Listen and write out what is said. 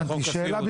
שאלה,